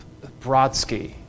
Brodsky